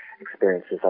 experiences